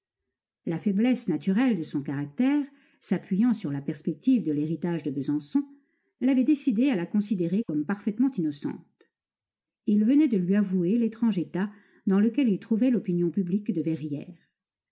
la faiblesse naturelle de son caractère s'appuyant sur la perspective de l'héritage de besançon l'avait décidé à la considérer comme parfaitement innocente il venait de lui avouer l'étrange état dans lequel il trouvait l'opinion publique de verrières